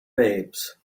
babes